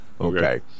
Okay